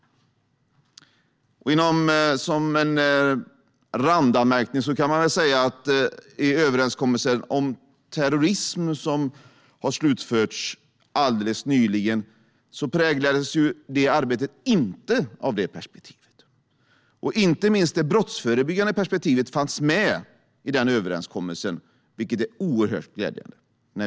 Som en randanmärkning kan man väl säga att i överenskommelsen om terrorism, som har slutförts alldeles nyligen, präglades arbetet där inte av detta perspektiv. Inte minst det brottsförebyggande perspektivet fanns med i överenskommelsen, vilket är oerhört glädjande.